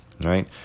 right